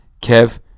Kev